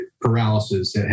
paralysis